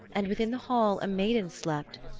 and within the hall a maiden slept,